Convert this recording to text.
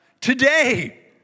Today